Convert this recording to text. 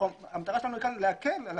המטרה שלנו להקל.